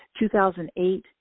2008